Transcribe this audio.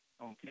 okay